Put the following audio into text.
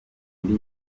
indi